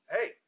Hey